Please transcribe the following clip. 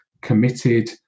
committed